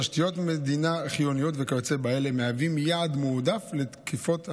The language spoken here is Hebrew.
תשתיות מדינה חיוניות וכיוצא באלה מהווים יעד מועדף לתקיפות סייבר,